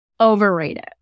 Overrated